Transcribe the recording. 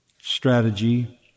strategy